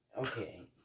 Okay